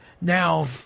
Now